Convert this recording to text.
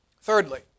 Thirdly